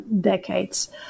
decades